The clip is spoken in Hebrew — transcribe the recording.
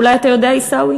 אולי אתה יודע, עיסאווי?